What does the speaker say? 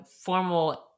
formal